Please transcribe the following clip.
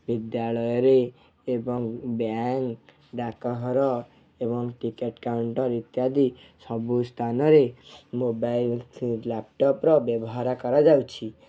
ବିଦ୍ୟାଳୟରେ ଏବଂ ବ୍ୟାଙ୍କ୍ ଡ଼ାକଘର ଏବଂ ଟିକେଟ୍ କାଉଣ୍ଟର୍ ଇତ୍ୟାଦି ସବୁ ସ୍ଥାନରେ ମୋବାଇଲ୍ ଲ୍ୟାପ୍ଟପ୍ର ବ୍ୟବହରା କରାଯାଉଛି